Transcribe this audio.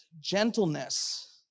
gentleness